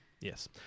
Yes